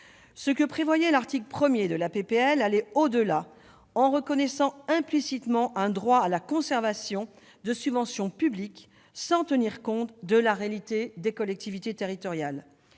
Ce que prévoyait l'article 1 de la proposition de loi allait au-delà, en reconnaissant implicitement un droit à la conservation de subventions publiques sans tenir compte de la réalité des collectivités territoriales.